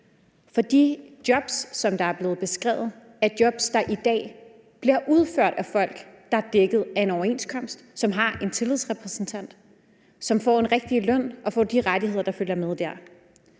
for de jobs, som er blevet beskrevet, er jobs, som i dag bliver udført af folk, som er dækket af en overenskomst, som har en tillidsrepræsentant, som får den rigtige løn og har de rettigheder, der følger med der.